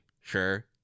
sure